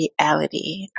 reality